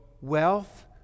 wealth